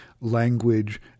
language